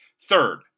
Third